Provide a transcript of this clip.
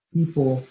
people